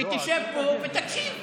שתשב פה ותקשיב.